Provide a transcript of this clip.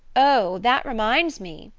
oh, that reminds me,